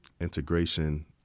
integration